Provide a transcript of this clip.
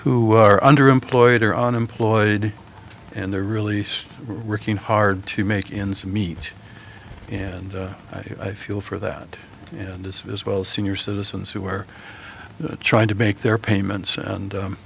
who are underemployed or unemployed and they're really still working hard to make ends meet and i feel for that and this is well senior citizens who are trying to make their payments and